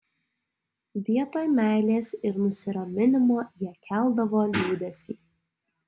vietoj meilės ir nusiraminimo jie keldavo liūdesį